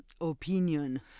opinion